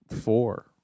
four